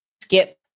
skip